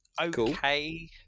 okay